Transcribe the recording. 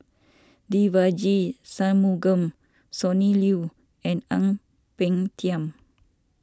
Devagi Sanmugam Sonny Liew and Ang Peng Tiam